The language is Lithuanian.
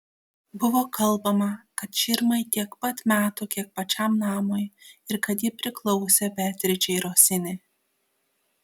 buvo kalbama kad širmai tiek pat metų kiek pačiam namui ir kad ji priklausė beatričei rosini